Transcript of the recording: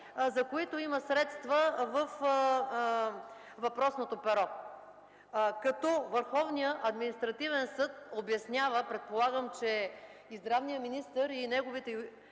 за които има средства във въпросното перо, като Върховният административен съд обяснява, предполагам, че и здравният министър, и неговите